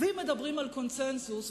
ואם מדברים על קונסנזוס,